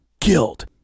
killed